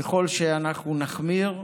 ככל שאנחנו נחמיר,